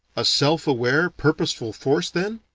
a self-aware purposeful force then?